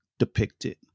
depicted